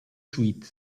suite